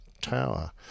tower